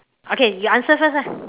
okay you answer first ah